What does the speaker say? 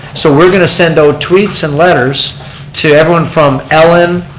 so we're going to send out tweets and letters to everyone from ellen,